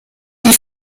die